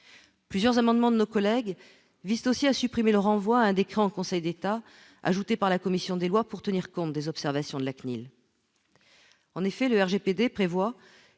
plusieurs amendements de nos collègues vise aussi à supprimer le renvoie à un décret en Conseil d'État ajouté par la commission des lois pour tenir compte des observations de la CNIL, en effet, le RGPD prévoit